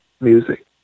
music